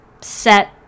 set